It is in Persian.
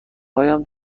هایم